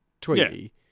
Tweety